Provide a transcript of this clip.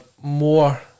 more